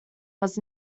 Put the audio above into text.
was